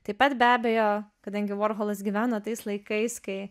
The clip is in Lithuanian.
taip pat be abejo kadangi vorholas gyveno tais laikais kai